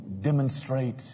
demonstrate